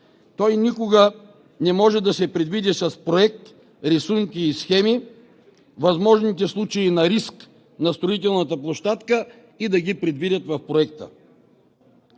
Той никога не може да се предвиди с проект, рисунки и схеми, възможните случаи на риск на строителната площадка и да ги предвидят в проекта.